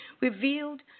revealed